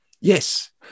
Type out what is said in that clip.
Yes